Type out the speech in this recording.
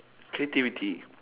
creativity